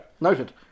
Noted